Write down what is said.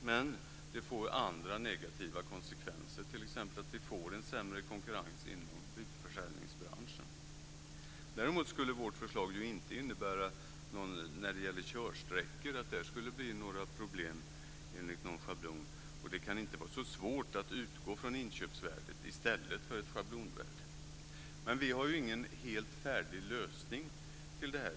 Men det får andra negativa konsekvenser, t.ex. att vi får en sämre konkurrens inom bilförsäljningsbranschen. Däremot skulle vårt förslag inte innebära några problem enligt någon schablon när det gäller körsträckor. Det kan inte heller vara så svårt att utgå från inköpsvärdet i stället för ett schablonvärde. Vi har dock ingen helt färdig lösning på det här.